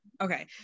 Okay